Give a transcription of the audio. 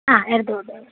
ആ എടുത്തുകൊണ്ട് വരും